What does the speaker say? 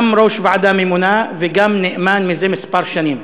גם ראש ועדה ממונה וגם נאמן זה כמה שנים.